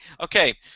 Okay